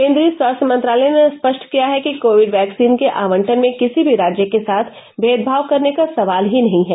केन्द्रीय स्वास्थ्य मंत्रालय ने स्पष्ट किया है कि कोविड वैक्सीन के आवंटन में किसी भी राज्य के साथ भेदभाव करने का सवाल ही नहीं है